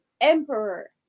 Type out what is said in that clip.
emperor